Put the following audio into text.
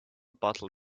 bottle